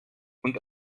und